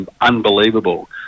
unbelievable